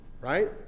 Right